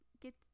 get